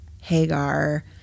Hagar